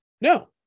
No